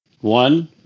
one